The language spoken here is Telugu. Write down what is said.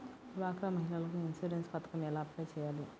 డ్వాక్రా మహిళలకు ఇన్సూరెన్స్ పథకం ఎలా అప్లై చెయ్యాలి?